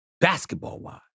basketball-wise